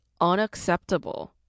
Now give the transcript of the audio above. unacceptable